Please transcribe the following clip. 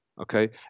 Okay